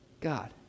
God